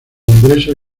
ingresos